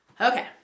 Okay